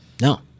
No